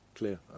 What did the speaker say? clear